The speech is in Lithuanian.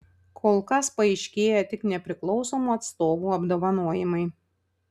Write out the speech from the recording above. kol kas paaiškėję tik nepriklausomų atstovų apdovanojimai